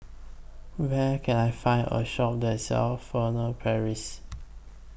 Where Can I Find A Shop that sells Furtere Paris